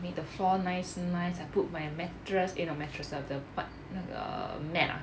make the floor nice nice I put my mattress eh not mattress the the what 那个 mat ah